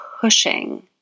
pushing